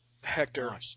Hector